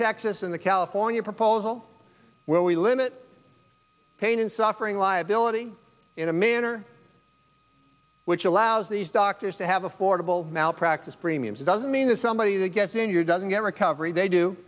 texas in the california proposal where we limit pain and suffering liability in a manner which allows these doctors to have affordable malpractise premiums doesn't mean that somebody that gets in your doesn't get recovery